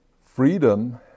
Freedom